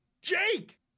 Jake